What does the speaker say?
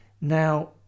now